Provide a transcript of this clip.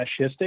fascistic